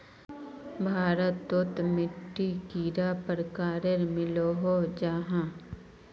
भारत तोत मिट्टी कैडा प्रकारेर मिलोहो जाहा?